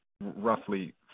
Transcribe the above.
roughly